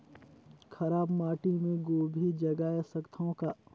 खराब माटी मे गोभी जगाय सकथव का?